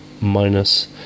minus